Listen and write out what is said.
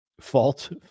fault